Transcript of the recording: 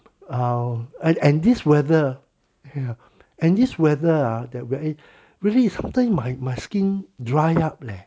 uh and and this weather ya and this weather ah that really really something my my skin dry up leh